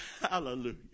Hallelujah